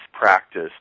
practice